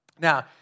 Now